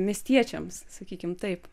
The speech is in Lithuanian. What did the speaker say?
miestiečiams sakykim taip